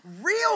Real